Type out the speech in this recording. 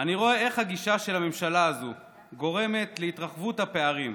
איך הגישה של הממשלה הזו גורמת להתרחבות הפערים,